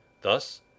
Thus